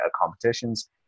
competitions